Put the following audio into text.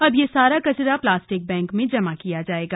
अब यह सारा कचरा प्लास्टिक बैंक में जमा किया जाएगा